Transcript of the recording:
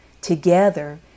Together